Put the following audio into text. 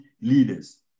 leaders